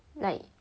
like